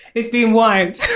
it's been wiped,